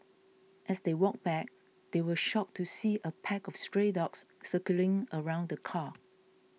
as they walked back they were shocked to see a pack of stray dogs circling around the car